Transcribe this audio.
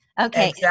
okay